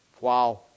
wow